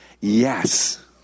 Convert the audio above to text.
Yes